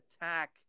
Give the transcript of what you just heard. attack